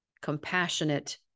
compassionate